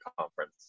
conference